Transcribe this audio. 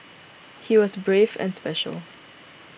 he was brave and special